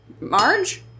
Marge